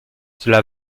cela